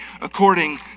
according